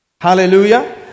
hallelujah